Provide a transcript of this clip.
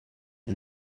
and